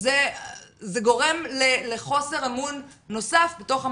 וזה גורם לחוסר אמון נוסף בתוך המערכת,